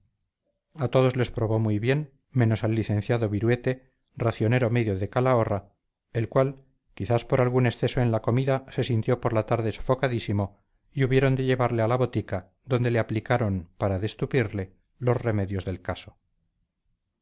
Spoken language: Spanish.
a todos les probó muy bien menos al licenciado viruete racionero medio de calahorra el cual quizás por algún exceso en la comida se sintió por la tarde sofocadísimo y hubieron de llevarle a la botica donde le aplicaron para destupirle los remedios del caso